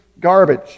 garbage